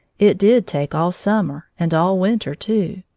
it did take all summer and all winter, too.